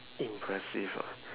impressive ah